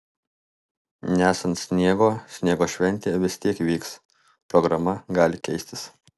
nesant sniego sniego šventė vis tiek vyks programa gali keistis